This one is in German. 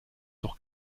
doch